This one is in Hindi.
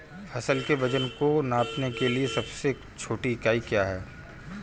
फसल के वजन को नापने के लिए सबसे छोटी इकाई क्या है?